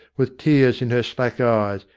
with tears in her slack eyes.